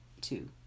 two